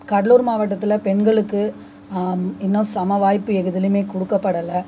கடலூர் மாவட்டத்தில் பெண்களுக்கு இன்றும் சம வாய்ப்பு எதுதிலேயுமே கொடுக்கப்படல